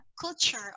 culture